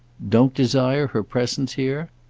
don't desire her presence here?